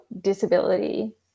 disability